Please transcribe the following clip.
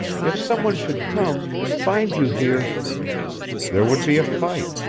if some one should come and find you here there would be a fight,